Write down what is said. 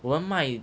我们卖